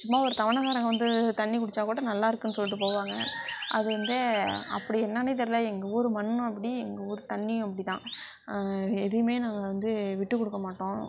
சும்மா ஒரு தவணைக்காரவங்க வந்து தண்ணி குடிச்சாக் கூட நல்லா இருக்குன்னு சொல்லிவிட்டு போவாங்க அது வந்து அப்படி என்னான்னே தெரியல எங்கள் ஊர் மண்ணும் அப்படி எங்கள் ஊர் தண்ணியும் அப்டிதான் எதையுமே நாங்கள் வந்து விட்டு கொடுக்க மாட்டோம்